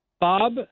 Bob